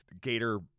Gator